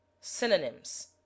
synonyms